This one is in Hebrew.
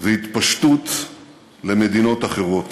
והתפשטות למדינות אחרות.